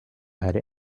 had